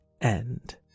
end